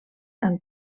amb